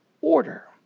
order